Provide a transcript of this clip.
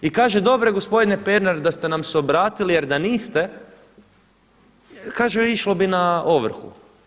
I kaže, dobro je gospodine Pernar da ste nam se obratili, jer da niste kaže išlo bi na ovrhu.